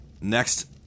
Next